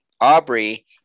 Aubrey